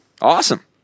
Awesome